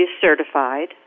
certified